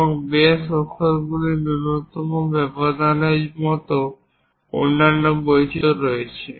এবং বেস অক্ষরগুলির ন্যূনতম ব্যবধানের মতো অন্যান্য বৈচিত্র রয়েছে